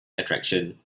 attraction